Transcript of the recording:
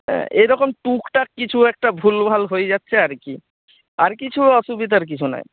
হ্যাঁ এই রকম টুকটাক কিছু একটা ভুলভাল হয়ে যাচ্ছে আর কি আর কিছু অসুবিধার কিছু নাই